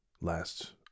last